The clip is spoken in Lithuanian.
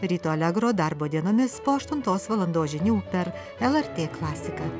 ryto alegro darbo dienomis po aštuntos valandos žinių per lrt klasiką